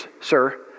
sir